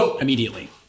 Immediately